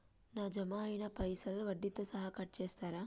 నా జమ అయినా పైసల్ వడ్డీతో సహా కట్ చేస్తరా?